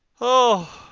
o,